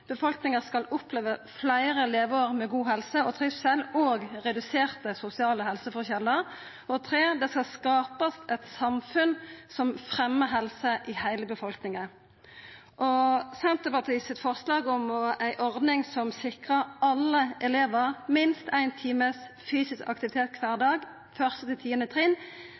Befolkninga skal oppleva fleire leveår med god helse og trivsel og reduserte sosiale helseforskjellar. Det skal skapast eit samfunn som fremjar helse i heile befolkninga. Forslaget frå Senterpartiet om ei ordning som sikrar alle elevar minst éin times fysisk aktivitet kvar dag frå 1.–10. trinn,